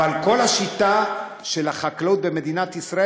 אבל כל השיטה של החקלאות במדינת ישראל